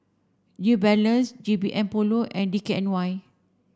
New Balance G B M Polo and D K N Y